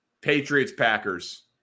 Patriots-Packers